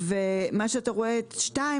ומה שאתה רואה את (2),